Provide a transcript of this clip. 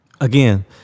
Again